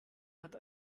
hat